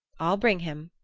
i'll bring him!